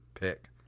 pick